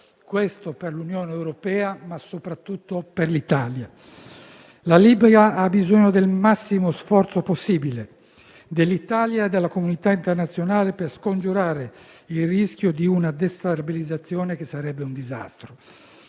questo per l'Unione europea, ma soprattutto per l'Italia. La Libia ha bisogno del massimo sforzo possibile dell'Italia e della comunità internazionale per scongiurare il rischio di una destabilizzazione che sarebbe un disastro;